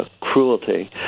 cruelty